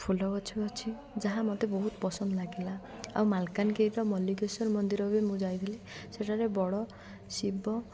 ଫୁଲ ଗଛ ଅଛି ଯାହା ମତେ ବହୁତ ପସନ୍ଦ ଲାଗିଲା ଆଉ ମାଲକାନଗିରିର ମଲ୍ଲିକେଶ୍ୱର ମନ୍ଦିର ବି ମୁଁ ଯାଇଥିଲି ସେଠାରେ ବଡ଼ ଶିବ